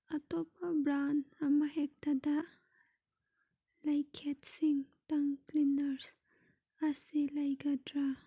ꯑꯇꯣꯞꯄ ꯕ꯭ꯔꯥꯟ ꯑꯃꯍꯦꯛꯇꯗ ꯂꯩꯈꯦꯠꯁꯤꯡ ꯇꯪ ꯀ꯭ꯂꯤꯅꯔꯁ ꯑꯁꯤ ꯂꯩꯒꯗ꯭ꯔꯥ